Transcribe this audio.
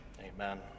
Amen